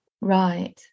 Right